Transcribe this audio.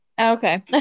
Okay